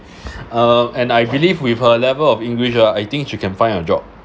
um and I believe with her level of english ah I think she can find a job